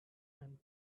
and